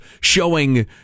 showing